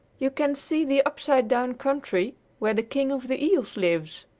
you can see the upside-down country where the king of the eels lives.